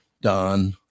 Don